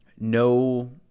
No